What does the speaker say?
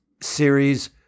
series